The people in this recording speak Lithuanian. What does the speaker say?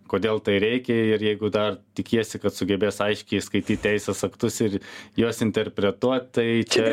kodėl tai reikia ir jeigu dar tikiesi kad sugebės aiškiai skaityt teisės aktus ir juos interpretuot tai čia